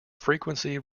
frequency